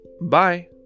Bye